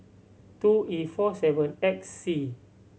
two E four seven X C